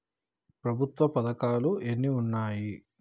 ప్రభుత్వ పథకాలు ఎన్ని ఉన్నాయి?